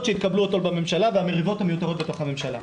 שהתקבלו אתמול בממשלה והמריבות המיותרות בתוך הממשלה.